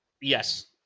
Yes